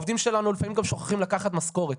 העובדים שלנו לפעמים גם שוכחים לקחת משכורת.